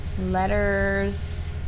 Letters